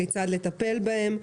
כיצד לטפל בהם,